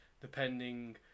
depending